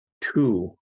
Two